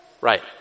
Right